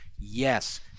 yes